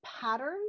patterns